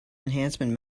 enhancement